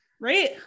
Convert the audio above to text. Right